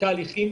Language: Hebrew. תהליכים